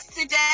today